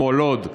כמו לוד,